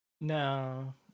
No